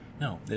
No